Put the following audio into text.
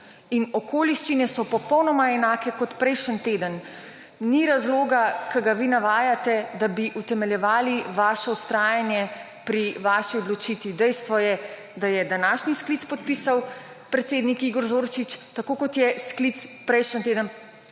In okoliščine so popolnoma enake kot prejšnji teden. Ni razloga, ki ga vi navajate, da bi utemeljevali vaše vztrajanje pri vaši odločitvi. Dejstvo je, da je današnji sklic podpisal predsednik Igor Zorčič, tako kot je sklic prejšnji teden